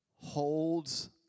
holds